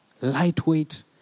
lightweight